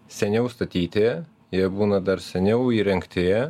seniau statyti jie būna dar seniau įrengti